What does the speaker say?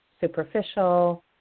superficial